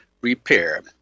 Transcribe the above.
repair